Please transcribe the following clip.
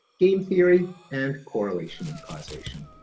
game theory and correlation and causation.